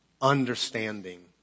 Understanding